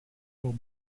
will